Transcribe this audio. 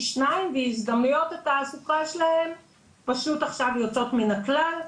שניים והזדמנויות התעסוקה שלהם פשוט עכשיו יוצאות מן הכלל.